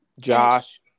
Josh